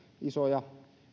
isoja